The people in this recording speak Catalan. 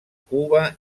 cuba